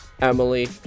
Emily